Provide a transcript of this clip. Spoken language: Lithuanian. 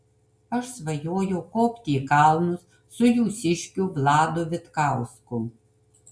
aš svajoju kopti į kalnus su jūsiškiu vladu vitkausku